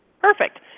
Perfect